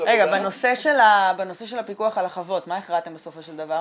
-- בנושא של הפיקוח על החוות מה החלטתם בסופו של דבר,